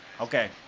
Okay